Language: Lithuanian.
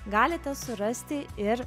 galite surasti ir